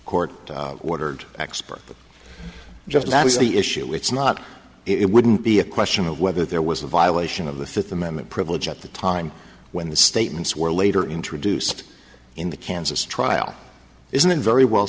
court ordered expert just that was the issue it's not it wouldn't be a question of whether there was a violation of the fifth amendment privilege at the time when the statements were later introduced in the kansas trial isn't very well